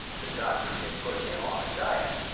the doctor had put him on a diet,